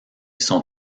sont